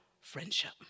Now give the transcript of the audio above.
friendship